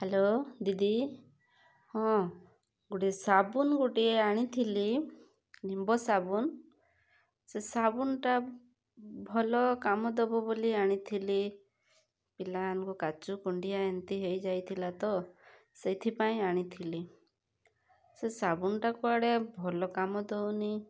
hello ଦିଦି ହଁ ଗୋଟେ ସାବୁନ୍ ଗୋଟିଏ ଆଣିଥିଲି ନିମ୍ବ ସାବୁନ୍ ସେ ସାବୁନ୍ଟା ଭଲ କାମଦେବ ବୋଲି ଆଣିଥିଲି ପିଲାମାନଙ୍କୁ କାଛୁକୁଣ୍ଡିଆ ଏନ୍ତି ହେଇଯାଇଥିଲାତ ସେଇଥିପାଇଁ ଆଣିଥିଲି ସେ ସାବୁନ୍ଟା କୁଆଡ଼େ ଭଲ କାମଦେଉନି